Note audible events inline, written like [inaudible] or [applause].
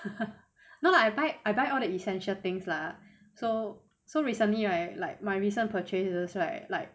[laughs] no lah I buy I buy all the essential things lah so so recently right like my recent purchases right like